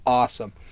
awesome